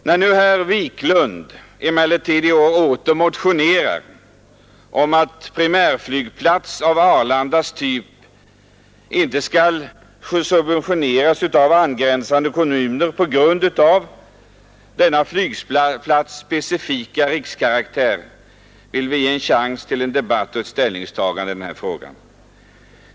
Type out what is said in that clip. När nu emellertid herr Wirmark motionerar om att primärflygplats av Arlandas typ inte skall subventioneras av angränsande kommuner på grund av sin specifika rikskaraktär, vill vi ge en chans till en debatt och ett ställningstagande i frågan.